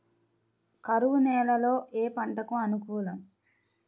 కరువు నేలలో ఏ పంటకు అనుకూలం?